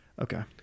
Okay